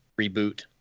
reboot